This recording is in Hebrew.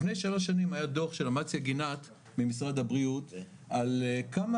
לפני שלוש שנים היה דו"ח של אמציה גינת ממשרד הבריאות על כמה